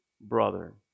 brother